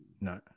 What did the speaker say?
no